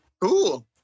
cool